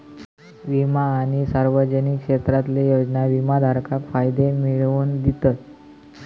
विमा आणि सार्वजनिक क्षेत्रातले योजना विमाधारकाक फायदे मिळवन दितत